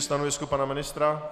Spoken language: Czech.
Stanovisko pana ministra?